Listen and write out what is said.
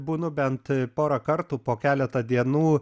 būnu bent porą kartų po keletą dienų